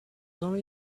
only